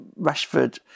Rashford